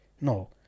no